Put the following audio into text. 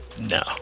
No